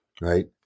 right